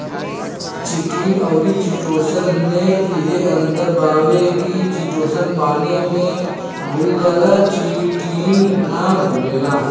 chitin अउरी chitosan में इहे अंतर बावे की चिटोसन पानी में घुल जाला चिटिन ना घुलेला